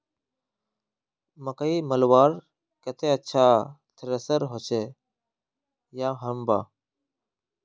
मकई मलवार केते अच्छा थरेसर होचे या हरम्बा?